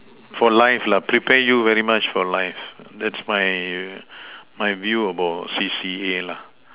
for life lah prepare you very much for life that's my my view about C_C_A